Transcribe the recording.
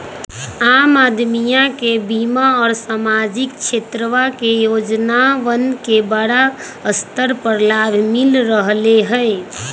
आम अदमीया के बीमा और सामाजिक क्षेत्रवा के योजनावन के बड़ा स्तर पर लाभ मिल रहले है